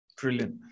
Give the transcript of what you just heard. Brilliant